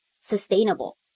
sustainable